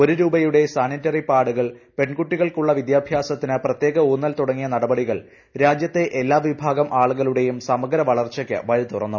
ഒരു രൂപയുടെ സാനിറ്ററി പാഡുകൾ പെൺകുട്ടികൾക്കുള്ള വിദ്യാഭ്യാസത്തിന് പ്രത്യേക ഊന്നൽ തുടങ്ങിയ നടപടികൾ രാജ്യത്തെ എല്ലാ വിഭാഗം ആളുകളുടെയും സമഗ്ര വളർച്ചയ്ക്ക് വഴി തുറന്നു